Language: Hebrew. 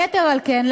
יתר על כן,